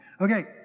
Okay